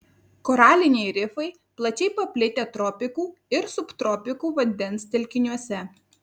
koraliniai rifai plačiai paplitę tropikų ir subtropikų vandens telkiniuose